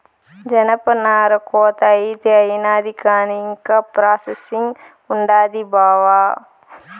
జనపనార కోత అయితే అయినాది కానీ ఇంకా ప్రాసెసింగ్ ఉండాది బావా